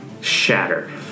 Shatter